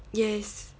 yes